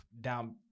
down